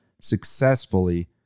successfully